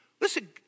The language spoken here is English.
Listen